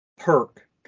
perk